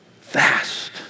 Fast